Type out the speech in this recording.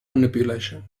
manipulation